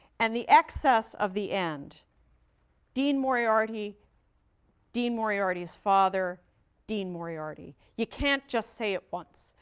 and the excess of the end dean moriarty dean moriarty's father dean moriarty. you can't just say it once.